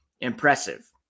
impressive